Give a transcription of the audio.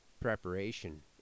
Preparation